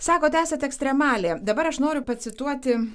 sakot esat ekstremalė dabar aš noriu pacituoti